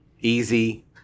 easy